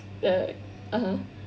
ya (uh huh)